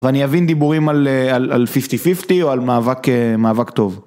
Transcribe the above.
ואני אבין דיבורים על 50-50 או על מאבק טוב.